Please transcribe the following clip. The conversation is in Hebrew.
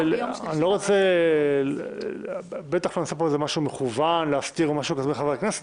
אני לא רוצה בטח לא נעשה פה משהו מכוון להסתיר משהו כזה מחברי הכנסת,